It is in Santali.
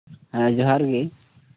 ᱦᱮᱸ ᱡᱚᱸᱦᱟᱨ ᱜᱮ